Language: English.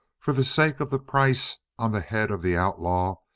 for the sake of the price on the head of the outlaw,